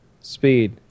speed